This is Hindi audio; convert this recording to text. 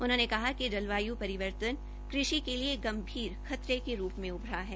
उन्होंने कहा कि जलवायु परिवर्तन कृषि के लिए गंभीर खतरे के रूप मे उभरा है